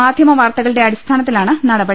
മാധ്യമ വാർത്തകളുടെ അടിസ്ഥാനത്തിലാണ് നടപടി